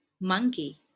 monkey